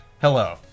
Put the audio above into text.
Hello